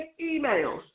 emails